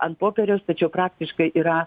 ant popieriaus tačiau praktiškai yra